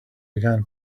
began